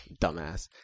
Dumbass